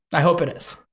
i hope it is,